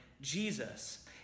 Jesus